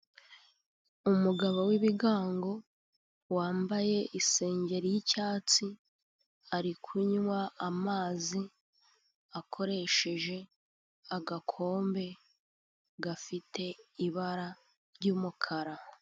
Umugabo w'ibigango wambaye isengeri y'icyatsi, ari kunywa amazi akoresheje agakombe gafite ibara ry'umukara.